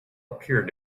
appeared